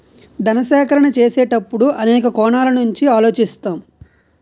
ధన సేకరణ చేసేటప్పుడు అనేక కోణాల నుంచి ఆలోచిస్తాం